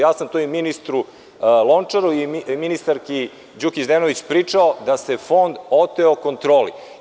Ja sam to i ministru Lončaru i ministarki Đukić Dejanović pričao da se Fond oteo kontroli.